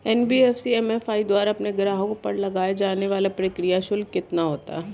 NBFC MFI द्वारा अपने ग्राहकों पर लगाए जाने वाला प्रक्रिया शुल्क कितना होता है?